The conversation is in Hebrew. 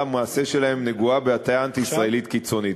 ומעשה שלהם נגועים בהטיה אנטי-ישראלית קיצונית.